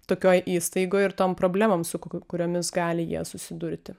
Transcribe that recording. tokioj įstaigoj ir tom problemom su kuriomis gali jie susidurti